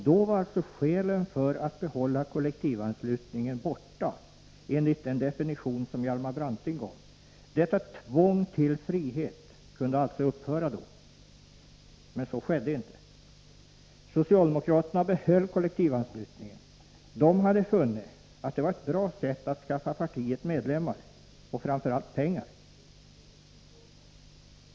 Då var skälen för att behålla kollektivanslutningen borta enligt den definition som Hjalmar Branting gav. Detta ”tvång till frihet” kunde alltså då upphöra. Men så skedde inte. Socialdemokraterna behöll kollektivanslutningen. De hade funnit att det var ett bra sätt att skaffa partiet medlemmar och framför allt pengar.